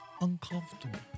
Uncomfortable